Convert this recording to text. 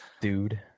Dude